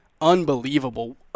unbelievable